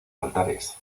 altares